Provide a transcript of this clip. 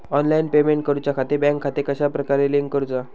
Online payment करुच्याखाती bank खाते कश्या प्रकारे लिंक करुचा?